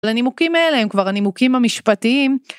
לנימוקים האלה הם כבר הנימוקים המשפטיים.